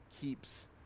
keeps